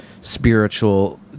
spiritual